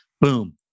boom